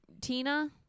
Tina